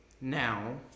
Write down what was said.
Now